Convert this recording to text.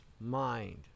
mind